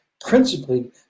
principally